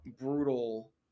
brutal